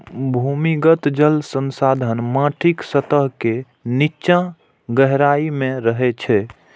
भूमिगत जल संसाधन माटिक सतह के निच्चा गहराइ मे रहै छै